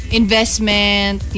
investment